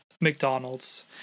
McDonald's